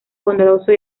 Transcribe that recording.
bondadoso